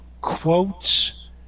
quotes